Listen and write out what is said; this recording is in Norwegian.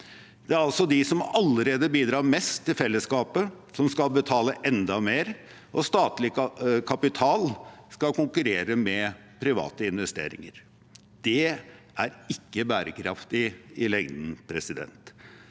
Det er altså dem som allerede bidrar mest til fellesskapet, som skal betale enda mer, og statlig kapital skal konkurrere med private investeringer. Det er ikke bærekraftig i lengden. Derfor